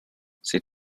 c’est